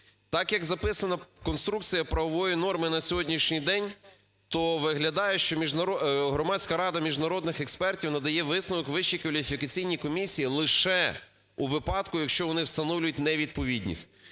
Так, як записана конструкція правової норми на сьогоднішній день, то виглядає, що Громадська рада міжнародних експертів надає висновок Вищій кваліфікаційній комісії лише у випадку, якщо вони встановлюють невідповідність.